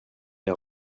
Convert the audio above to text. les